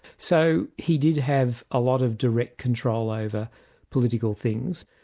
so he did have a lot of direct control over political things,